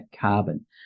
carbon